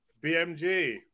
bmg